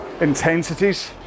intensities